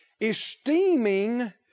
Esteeming